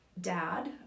dad